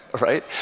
right